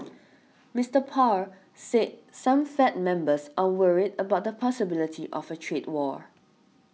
Mister Powell said some Fed members are worried about the possibility of a trade war